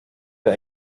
wer